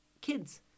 Kids